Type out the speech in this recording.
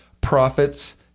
prophets